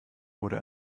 wurde